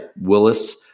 Willis